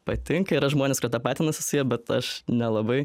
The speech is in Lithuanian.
patinka yra žmonės kad tapatinasi su ja bet aš nelabai